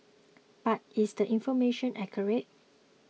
but is the information accurate